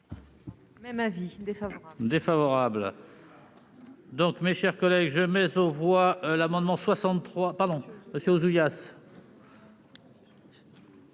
Même avis : défavorable.